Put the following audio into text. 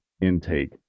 intake